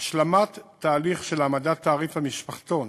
השלמת תהליך של העמדת תעריף המשפחתון